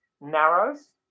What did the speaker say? narrows